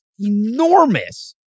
enormous